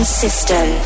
system